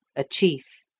a chief.